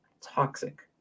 toxic